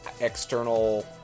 external